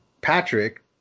Patrick